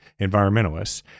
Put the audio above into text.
environmentalists